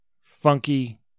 funky